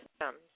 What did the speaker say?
systems